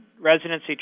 residency